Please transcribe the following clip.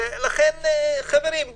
חברים,